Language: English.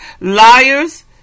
liars